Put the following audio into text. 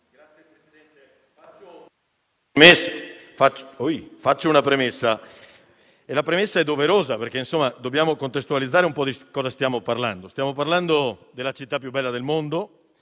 Signor Presidente, faccio una premessa doverosa, perché dobbiamo contestualizzare ciò di cui stiamo parlando. Stiamo parlando della città più bella del mondo,